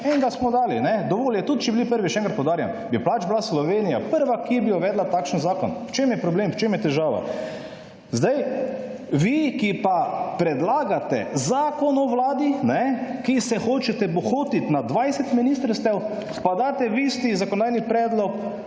Enega smo dali, dovolj je, tudi če bi bili prvi, še enkrat poudarjam, bi pač bila Slovenija prva, ki bi uvedla takšna zakon. V čem je problem? V čem je težava? Zdaj, vi, ki pa predlagate zakon o vladi, ki se hočete bohotiti na 20 ministrstev, pa date v isti zakonodajni predlog,